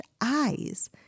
eyes